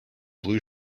blue